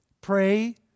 Pray